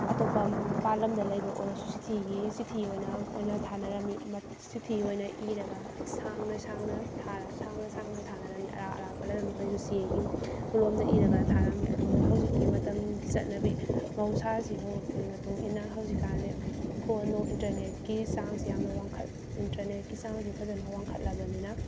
ꯑꯇꯣꯞꯄ ꯃꯄꯥꯟ ꯂꯝꯗ ꯂꯩꯕ ꯑꯣꯏꯔꯁꯨ ꯆꯤꯊꯤꯒꯤ ꯆꯤꯊꯤ ꯑꯣꯏꯅ ꯑꯣꯏꯅ ꯊꯥꯅꯔꯝꯃꯤ ꯆꯤꯊꯤ ꯑꯣꯏꯅ ꯏꯔꯒ ꯁꯥꯡꯅ ꯁꯥꯡꯅ ꯊꯥꯔ ꯁꯥꯡꯅ ꯁꯥꯡꯅ ꯊꯥꯅꯔꯝꯃꯤ ꯑꯔꯥꯞ ꯑꯔꯥꯞꯄ ꯂꯩꯕ ꯃꯈꯩꯗꯣ ꯆꯦꯒꯤ ꯀꯣꯂꯣꯝꯅ ꯏꯔꯒ ꯊꯥꯔꯝꯃꯤ ꯑꯗꯣ ꯍꯧꯖꯤꯛꯀꯤ ꯃꯇꯝꯒꯤ ꯆꯠꯅꯕꯤ ꯃꯍꯧꯁꯥꯁꯤꯕꯨ ꯐꯖꯅ ꯃꯇꯨꯡ ꯏꯟꯅ ꯍꯧꯖꯤꯛꯀꯥꯟꯗꯤ ꯐꯣꯟ ꯅꯨꯡ ꯏꯟꯇꯔꯅꯦꯠꯀꯤ ꯆꯥꯡꯁꯤ ꯌꯥꯝꯅ ꯋꯥꯡꯈꯠ ꯏꯟꯇꯔꯅꯦꯠꯀꯤ ꯆꯥꯡꯁꯨ ꯐꯖꯅ ꯋꯥꯡꯈꯠꯂꯕꯅꯤꯅ